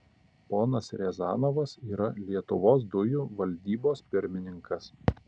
ponas riazanovas yra lietuvos dujų valdybos pirmininkas